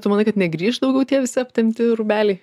tu manai kad negrįš daugiau tie visi aptempti rūbeliai